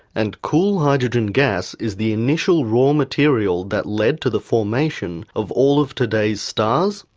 and cool hydrogen gas is the initial raw material that led to the formation of all of today's stars,